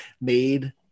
made